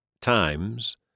times